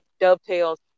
dovetails